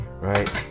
right